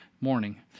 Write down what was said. morning